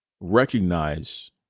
recognize